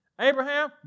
Abraham